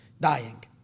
dying